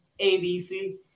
ABC